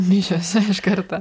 mišios iš karto